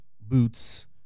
Boots